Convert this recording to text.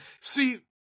See